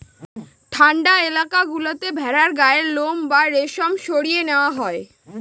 ঠান্ডা এলাকা গুলোতে ভেড়ার গায়ের লোম বা রেশম সরিয়ে নেওয়া হয়